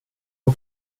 har